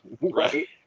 Right